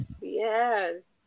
Yes